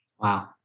Wow